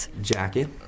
jacket